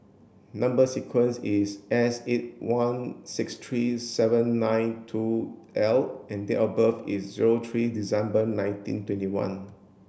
number sequence is S eight one six three seven nine two L and date of birth is zero three December nineteen twenty one